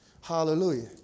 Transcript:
Hallelujah